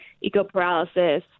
eco-paralysis